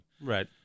Right